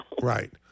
Right